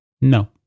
No